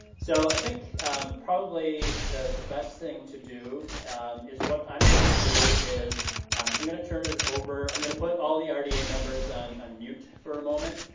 so i think probably the the best thing to do is what i'm going to do is i'm going to turn it over, i'm going to put all the ah rda members on and mute for a moment.